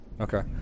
Okay